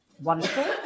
wonderful